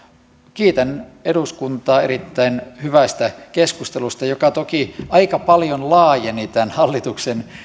kiitän eduskuntaa erittäin hyvästä keskustelusta joka toki aika paljon laajeni tämän hallituksen